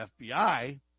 FBI